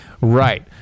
Right